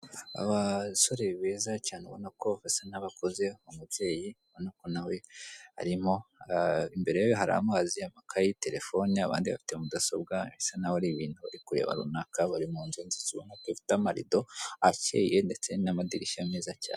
Abasore beza cyane ubona ko basa n'abakuze n'umubyeyi ubona ko na we arimo. Imbere ye hari amazi, amakaye, telefone abandi bafite mudasobwa bisa n'aho hari ibintu bari kureba runaka bari munzu nziza ubona ko zifite amarido akeye ndetse n'amadirishya meza cyane.